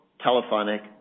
telephonic